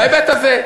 בהיבט הזה.